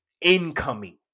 Incoming